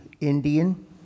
Indian